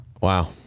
Wow